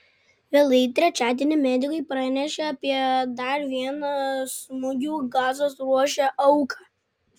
vėlai trečiadienį medikai pranešė apie dar vieną smūgių gazos ruože auką